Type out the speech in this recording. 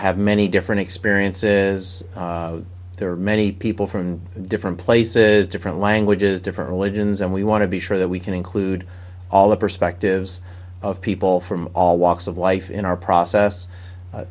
have many different experiences there are many people from different places different languages different religions and we want to be sure that we can include all the perspectives of people from all walks of life in our process